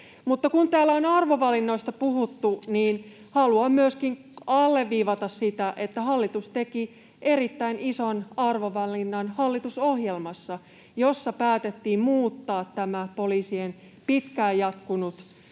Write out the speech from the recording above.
kun täällä on arvovalinnoista puhuttu, niin haluan myöskin alleviivata sitä, että hallitus teki erittäin ison arvovalinnan hallitusohjelmassa, jossa päätettiin muuttaa tämä poliisien pitkään jatkunut